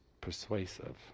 persuasive